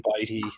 Bitey